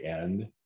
end